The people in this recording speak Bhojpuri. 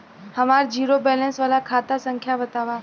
हमार जीरो बैलेस वाला खाता संख्या वतावा?